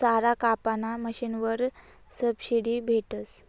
चारा कापाना मशीनवर सबशीडी भेटस